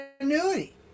annuity